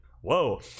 whoa